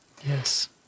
Yes